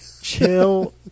Chill